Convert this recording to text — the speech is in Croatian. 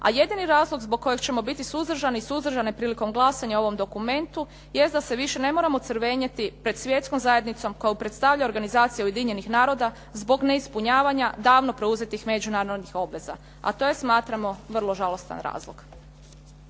a jedini razlog zbog kojeg ćemo biti suzdržani i suzdržane prilikom glasanja o ovom dokumentu jest da se više ne moramo crvenjeti pred svjetskom zajednicom koju predstavlja organizacija Ujedinjenih naroda zbog neispunjavanja davno preuzetih međunarodnih obveza, a to je, smatramo, vrlo žalostan razlog.